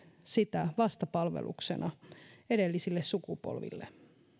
sitä vastapalveluksena edellisille sukupolville